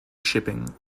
shipping